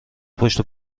پشت